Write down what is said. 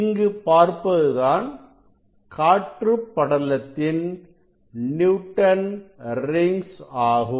இங்கு பார்ப்பதுதான் காற்றுப் படலத்தின் நியூட்டன் ரிங்ஸ் ஆகும்